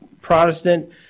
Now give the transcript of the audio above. Protestant